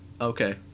Okay